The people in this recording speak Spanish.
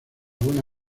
buena